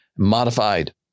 modified